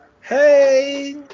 Hey